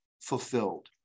fulfilled